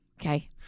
Okay